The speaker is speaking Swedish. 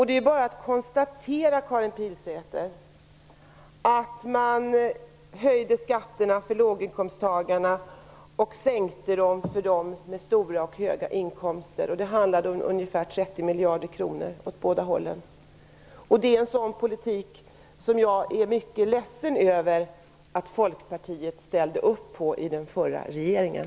Det är bara att konstatera, Karin Pilsäter, att man höjde skatterna för låginkomsttagarna och sänkte dem för dem med höga inkomster. Det handlade om ungefär 30 miljarder kronor åt båda hållen. Jag är mycket ledsen över att Folkpartiet ställde sig bakom en sådan politik i den förra regeringen.